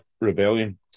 Rebellion